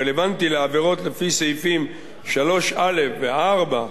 הרלוונטי לעבירות לפי סעיפים 3(א) ו-(4)